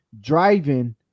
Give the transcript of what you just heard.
driving